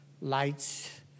lights